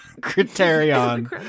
Criterion